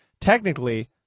technically